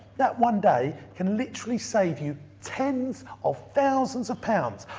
that one day can literally save you tens of thousands of pounds.